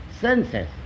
senses